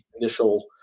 initial